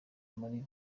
muri